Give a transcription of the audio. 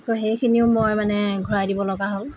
ত' সেইখিনিও মই মানে ঘূৰাই দিবলগীয়া হ'ল